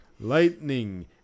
lightning